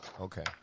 Okay